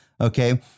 Okay